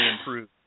improved